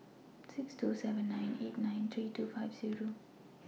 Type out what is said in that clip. six two seven nine eight nine three two five Zero